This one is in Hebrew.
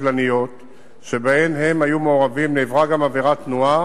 וקטלניות בשיעור של בין 10 ל-15 נהגים לכל 10,000 נהגים,